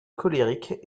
colérique